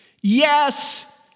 Yes